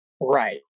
Right